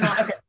Okay